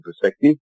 perspective